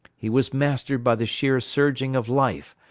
he was mastered by the sheer surging of life,